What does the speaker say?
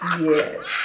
Yes